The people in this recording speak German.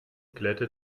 glätte